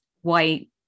white